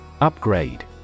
Upgrade